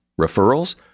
Referrals